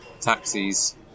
taxis